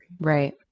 Right